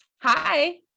hi